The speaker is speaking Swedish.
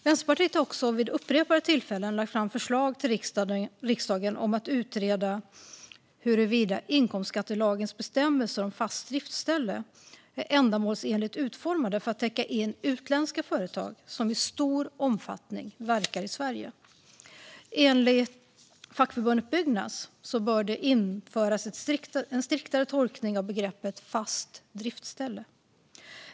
Vänsterpartiet har vid upprepade tillfällen lagt fram förslag till riksdagen om att utreda huruvida inkomstskattelagens bestämmelser om fast driftställe är ändamålsenligt utformade för att täcka in utländska företag som i stor omfattning verkar i Sverige. Enligt fackförbundet Byggnads bör det införas en striktare tolkning av begreppet fast driftställe.